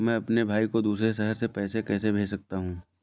मैं अपने भाई को दूसरे शहर से पैसे कैसे भेज सकता हूँ?